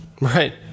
Right